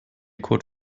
code